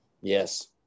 Yes